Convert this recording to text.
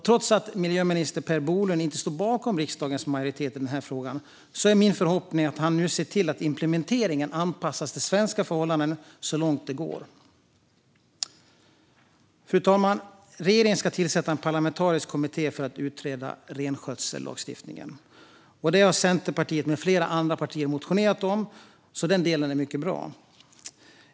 Trots att miljöminister Per Bolund inte står bakom riksdagens majoritet i denna fråga är min förhoppning att han nu ser till att implementeringen anpassas efter svenska förhållanden så långt det går. Fru talman! Regeringen ska tillsätta en parlamentarisk kommitté för att utreda renskötsellagstiftningen. Det har Centerpartiet och flera andra partier motionerat om, så den delen är mycket bra.